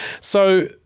So-